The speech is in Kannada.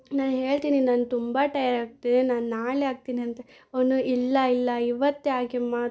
ನಾ ಹೇಳ್ತೀನಿ ನಂಗೆ ತುಂಬ ಟಯರ್ಡಾಗ್ತಿದೆ ನಾನು ನಾಳೆ ಹಾಕ್ತೀನಿ ಅಂತ ಅವನು ಇಲ್ಲ ಇಲ್ಲ ಇವತ್ತೇ ಹಾಕಿಯಮ್ಮ